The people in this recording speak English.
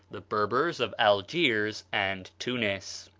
the berbers of algiers and tunis.